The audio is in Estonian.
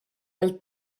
veel